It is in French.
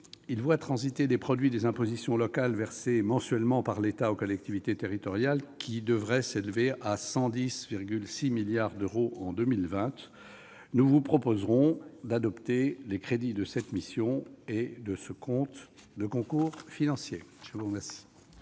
voit transiter le produit des impositions locales versées mensuellement par l'État aux collectivités territoriales, qui devrait s'élever à 110,6 milliards d'euros en 2020. Nous vous proposerons d'adopter les crédits de cette mission et de ce compte de concours financiers. La parole